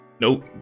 Nope